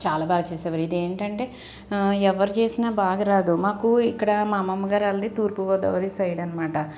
చాలా బాగా చేసేవారు ఇదేంటంటే ఎవరు చేసిన బాగారాదు మాకు ఇక్కడ మా అమ్మమ్మ గారి వాళ్ళది తూర్పు గోదావరి సైడ్ అనమాట